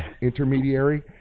intermediary